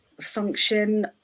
function